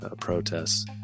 protests